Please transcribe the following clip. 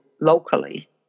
locally